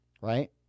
right